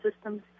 systems